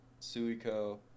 Suiko